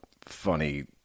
Funny